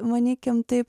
manykim taip